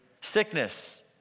Sickness